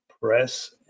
press